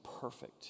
perfect